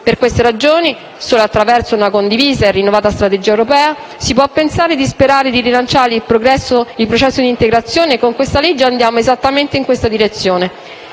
Per queste ragioni, solo attraverso una condivisa e rinnovata strategia europea si può sperare di rilanciare il processo di integrazione e con il disegno di legge in esame andiamo esattamente in questa direzione.